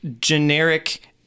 generic